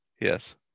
Yes